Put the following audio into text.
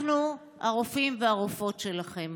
אנחנו הרופאים והרופאות שלכם,